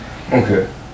okay